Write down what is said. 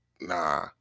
Nah